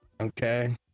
Okay